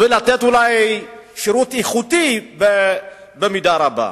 ואולי לתת שירות איכותי במידה רבה.